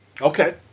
Okay